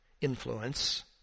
influence